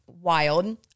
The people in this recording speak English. wild